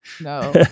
no